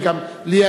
ליה,